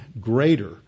greater